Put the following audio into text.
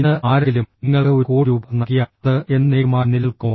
ഇന്ന് ആരെങ്കിലും നിങ്ങൾക്ക് ഒരു കോടി രൂപ നൽകിയാൽ അത് എന്നെന്നേക്കുമായി നിലനിൽക്കുമോ